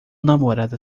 namorada